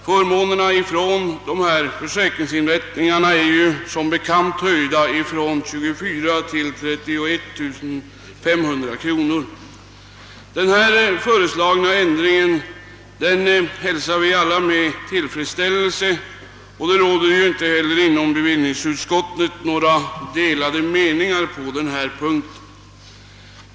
Förmånerna från dessa försäkringsin rättningar är ju som bekant höjda från 24 000 till 31 500 kronor. Vi hälsar alla den föreslagna ändringen med tillfredsställelse; det råder inte heller inom bevillningsutskottet några delade meningar på denna punkt.